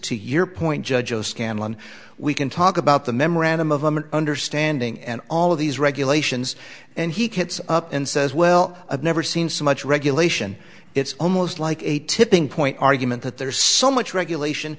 to your point judge of scandal and we can talk about the memorandum of i'm an understanding and all of these regulations and he commits up and says well i've never seen so much regulation it's almost like a tipping point argument that there is so much regulation